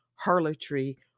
harlotry